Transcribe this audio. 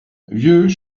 vieux